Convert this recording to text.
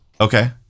okay